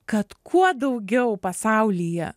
kad kuo daugiau pasaulyje